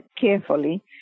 carefully